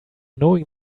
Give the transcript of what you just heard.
knowing